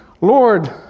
Lord